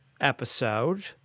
episode